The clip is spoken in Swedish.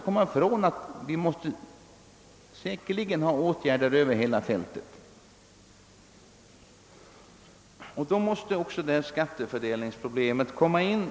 Men då måste åtgärder vidtas över hela fältet, och även skattefördelningsproblemet behandlas.